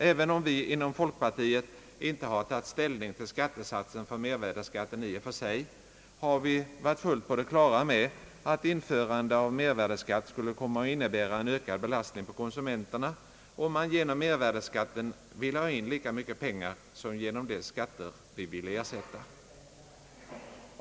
Även om vi inom folkpartiet inte har tagit ställning till skattesatsen för mervärdeskatten i och för sig, har vi varit fullt på det klara med att införande av mervärdeskatt skulle komma att innebära en ökad belastning för konsumenterna, om man genom mervärdeskatten ville ha in lika mycket pengar som genom de skatter vi ville ersätta.